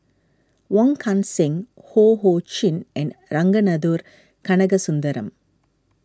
Wong Kan Seng Ho Ho Chin and Ragunathar Kanagasuntheram